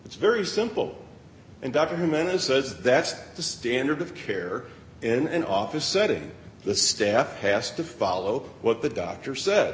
's very simple and documented says that's the standard of care in an office setting the staff has to follow what the doctor said